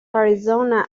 arizona